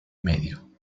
medio